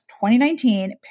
2019